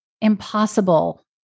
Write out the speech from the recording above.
impossible